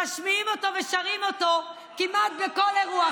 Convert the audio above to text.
משמיעים אותו ושרים אותו כמעט בכל אירוע.